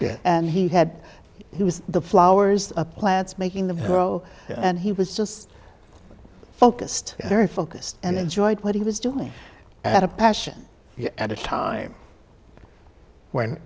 persistent and he had he was the flowers of plants making them grow and he was just focused very focused and enjoyed what he was doing at a passion at a time when